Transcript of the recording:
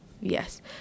Yes